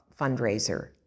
fundraiser